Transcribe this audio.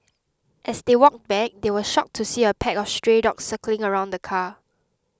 as they walked back they were shocked to see a pack of stray dogs circling around the car